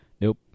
Nope